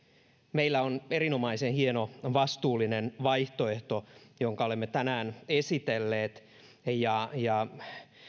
meillä on erinomaisen hieno vastuullinen vaihtoehto jonka olemme tänään esitelleet ja ja